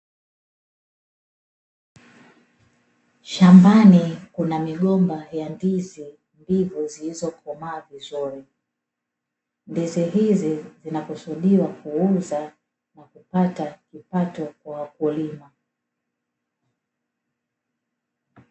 Shambani kuna migomba ya ndizi mbivu zilizo komaa vizuri. Ndizi hizi zinakusudiwa kuuza na kupata kipato kwa wakulima.